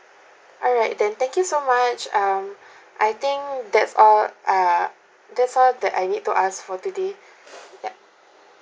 alright then thank you so much um I think that's all uh that's all that I need to ask for today yup